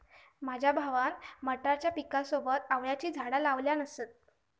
माझ्या भावान मटारच्या पिकासोबत आवळ्याची झाडा लावल्यान असत